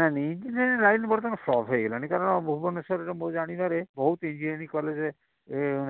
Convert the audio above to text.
ନାହିଁ ନାହିଁ engineering line ବର୍ତ୍ତମାନ ସହଜ ହେଇଗଲାଣି କାରଣ ଭୁବନେଶ୍ଵରରେ ମୁଁ ଜାଣିବାରେ ବହୁତ ଇଞ୍ଜିନିୟରିଂ କଲେଜ